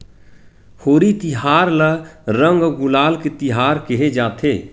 होरी तिहार ल रंग अउ गुलाल के तिहार केहे जाथे